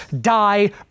die